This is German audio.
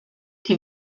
die